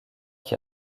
qui